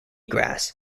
grass